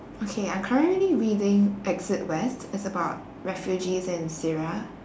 okay I'm currently reading exit west it's about refugees in syria